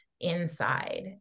inside